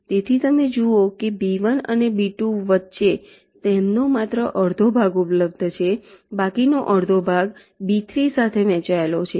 તેથી તમે જુઓ છો કે B1 અને B2 વચ્ચે તેનો માત્ર અડધો ભાગ ઉપલબ્ધ છે બાકીનો અડધો ભાગ B3 સાથે વહેંચાયેલો છે